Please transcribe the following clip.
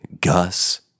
Gus